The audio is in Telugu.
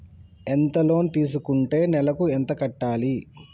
ఎంత లోన్ తీసుకుంటే నెలకు ఎంత కట్టాలి?